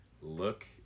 Look